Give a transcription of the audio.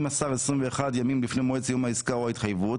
אם מסר 21 ימים לפני מועד סיום העסקה או ההתחייבות